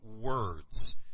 words